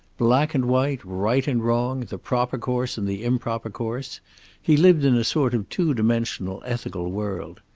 black and white, right and wrong, the proper course and the improper course he lived in a sort of two-dimensional ethical world.